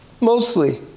Mostly